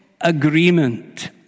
agreement